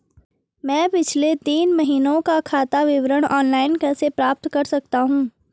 मैं पिछले तीन महीनों का खाता विवरण ऑनलाइन कैसे प्राप्त कर सकता हूं?